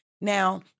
Now